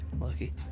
Lucky